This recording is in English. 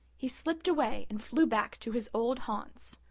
he slipped away and flew back to his old haunts.